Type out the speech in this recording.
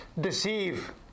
deceive